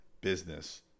Business